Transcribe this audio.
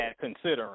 considering